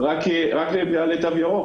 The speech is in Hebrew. ב-Take away אלא רק לבעלי תו ירוק?